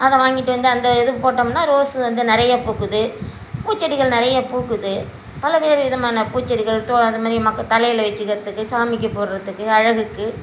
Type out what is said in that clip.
அதை வாங்கிட்டு வந்து அந்த இது போட்டோம்னா ரோஸ் வந்து நிறைய பூக்குது பூச்செடிகள் நிறைய பூக்குது பலவேறு விதமான பூச்செடிகள் அதேமாரி தலையில் வச்சுக்கிறதுக்கு சாமிக்கு போடுறதுக்கு அழகுக்கு